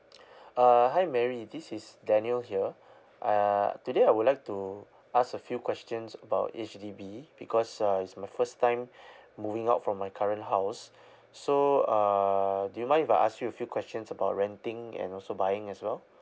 uh hi mary this is daniel here uh today I would like to ask a few questions about H_D_B because uh it's my first time moving out from my current house so uh do you mind if I ask you a few questions about renting and also buying as well